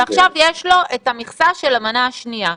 עכשיו, יש לו את המכסה של המנה השנייה.